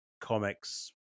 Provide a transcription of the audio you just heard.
comics